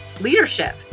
leadership